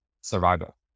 survival